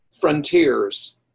frontiers